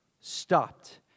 stopped